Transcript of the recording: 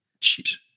jeez